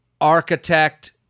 architect